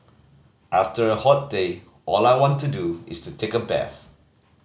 after a hot day all I want to do is to take a bath